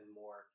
more